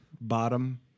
bottom